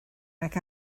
nag